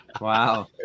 Wow